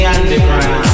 Underground